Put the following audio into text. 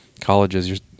colleges